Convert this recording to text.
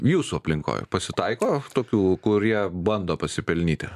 jūsų aplinkoj pasitaiko tokių kurie bando pasipelnyti